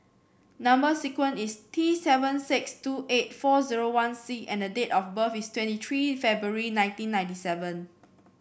number sequence is T seven six two eight four zero one C and the date of birth is twenty three February nineteen ninety seven